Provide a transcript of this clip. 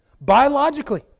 Biologically